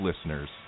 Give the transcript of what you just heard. listeners